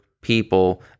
people